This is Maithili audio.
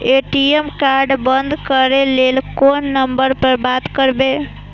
ए.टी.एम कार्ड बंद करे के लेल कोन नंबर पर बात करबे?